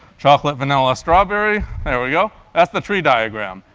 chocolate, vanilla, strawberry, there we go that's the tree diagram.